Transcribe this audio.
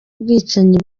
bwicanyi